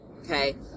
okay